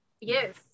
Yes